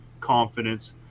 confidence